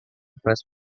fresh